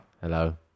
Hello